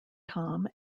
tom